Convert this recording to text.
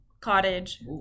cottage